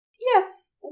Yes